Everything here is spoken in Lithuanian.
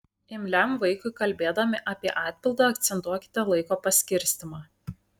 imliam vaikui kalbėdami apie atpildą akcentuokite laiko paskirstymą